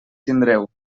tindreu